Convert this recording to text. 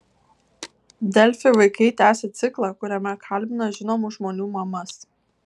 delfi vaikai tęsia ciklą kuriame kalbina žinomų žmonių mamas